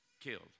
killed